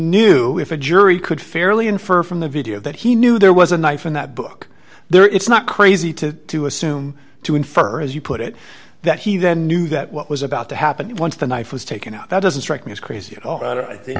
knew if a jury could fairly infer from the video that he knew there was a knife in that book there it's not crazy to to assume to infer as you put it that he then knew that what was about to happen once the knife was taken out that doesn't strike me as crazy at all rather i think